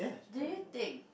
do you take